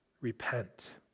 repent